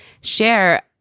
share